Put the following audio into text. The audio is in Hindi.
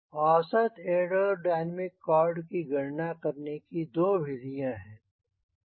औसत एयरोडायनामिक कॉर्ड की गणना करने की दो विधियां हैं